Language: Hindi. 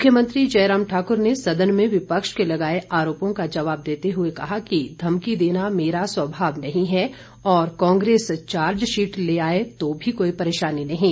मुख्यमंत्री जयराम ठाकुर ने सदन में विपक्ष के लगाए आरोपों का जवाब देते हुए कहा कि धमकी देना मेरा स्वभाव नहीं है और कांग्रेस चार्जशीट ले आए तो भी कोई परेशानी नहीं है